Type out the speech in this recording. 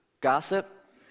gossip